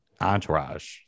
Entourage